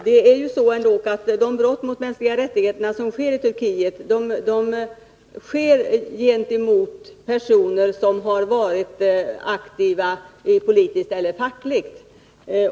De brott mot de mänskliga rättigheterna som begås i Turkiet begås ändå mot personer som varit aktiva politiskt eller fackligt.